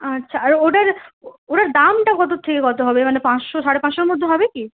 আচ্ছা আর ওটার ওটার দামটা কত থেকে কত হবে মানে পাঁচশো সাড়ে পাঁচশোর মধ্যে হবে কি